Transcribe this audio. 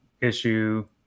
issue